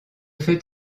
fait